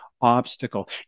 obstacle